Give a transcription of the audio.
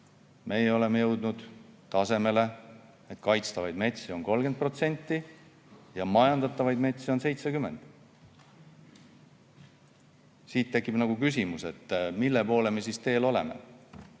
Meie oleme jõudnud tasemele, et kaitstavaid metsi on 30% ja majandatavaid metsi on 70%. Siit tekib küsimus, mille poole me siis teel oleme.